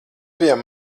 bijām